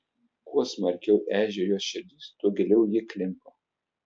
kuo smarkiau eižėjo jos širdis tuo giliau ji klimpo